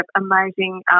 amazing